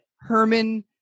Herman